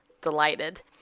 delighted